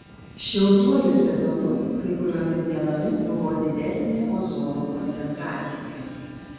šiltuoju sezonu kai kuriomis dienomis buvo didesnė ozono koncentracija